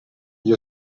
gli